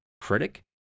critic